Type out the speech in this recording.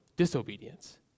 disobedience